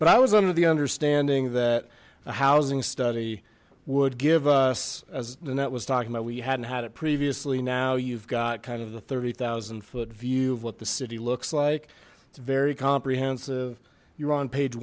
but i was under the understanding that a housing study would give us as the net was talking about we hadn't had it previously now you've got kind of the thirty zero foot view of what the city looks like it's a very comprehensive you're on page